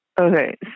Okay